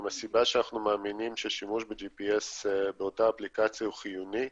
הסיבה שאנחנו מאמינים ששימוש ב-GPS באותה אפליקציה הוא חיוני,